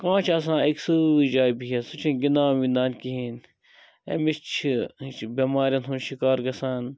کانٛہہ چھُ آسان أکۍسٕے جایہِ بِہتھ سُہ چھِ گِندان وِندان کِہیٖنۍ أمِس چھِ بٮ۪مارٮ۪ن ہُنٛد شِکار گَژھان